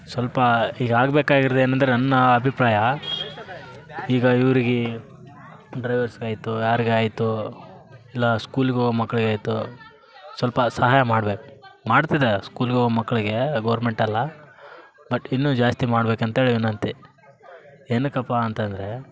ಸ್ವಲ್ಪ ಈಗ ಆಗ್ಬೇಕಾಗಿರೋದು ಏನು ಅಂದರೆ ನನ್ನ ಅಭಿಪ್ರಾಯ ಈಗ ಇವರಿಗೆ ಡ್ರೈವರ್ಸ್ಗಾಯಿತು ಯಾರಿಗಾಯ್ತು ಇಲ್ಲ ಸ್ಕೂಲಿಗೋಗೊ ಮಕ್ಕಳಿಗಾಯ್ತು ಸ್ವಲ್ಪ ಸಹಾಯ ಮಾಡ್ಬೇಕು ಮಾಡ್ತಿದ್ದಾರೆ ಸ್ಕೂಲಿಗೋಗೊ ಮಕ್ಕಳಿಗೆ ಗೌರ್ಮೆಂಟ್ ಅಲ್ಲ ಬಟ್ ಇನ್ನು ಜಾಸ್ತಿ ಮಾಡ್ಬೇಕು ಅಂತೇಳಿ ವಿನಂತಿ ಏನಕಪ್ಪಾ ಅಂತಂದರೆ